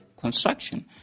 construction